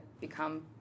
become